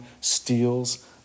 steals